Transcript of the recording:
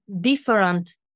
different